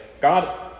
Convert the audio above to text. God